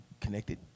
connected